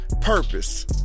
purpose